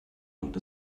und